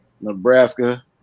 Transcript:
Nebraska